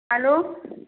hello